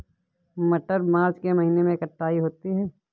मटर मार्च के महीने कटाई होती है?